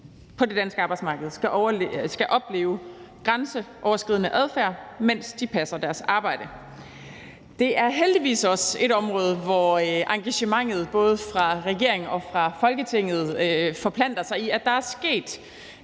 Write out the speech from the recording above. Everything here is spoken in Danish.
på det danske arbejdsmarked skal opleve grænseoverskridende adfærd, mens de passer deres arbejde. Det er heldigvis også et område, hvor engagementet fra både regeringen og fra Folketinget forplanter sig i, at der er taget